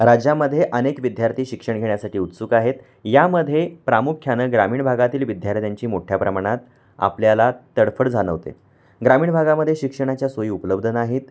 राज्यामध्ये अनेक विद्यार्थी शिक्षण घेण्यासाठी उत्सुक आहेत यामध्ये प्रामुख्यानं ग्रामीण भागातील विद्यार्थ्यांची मोठ्या प्रमाणात आपल्याला तडफड जाणवते ग्रामीण भागामध्ये शिक्षणाच्या सोयी उपलब्ध नाहीत